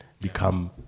become